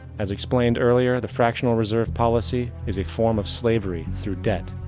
as explained earlier, the fractional reserve policy is a form of slavery through debt,